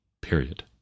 Period